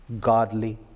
godly